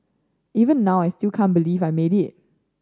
even now I still can't believe I made it